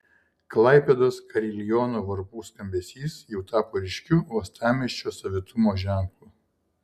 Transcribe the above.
klaipėdos kariliono varpų skambesys jau tapo ryškiu uostamiesčio savitumo ženklu